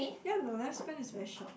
ya but lifespan is very short